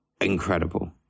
incredible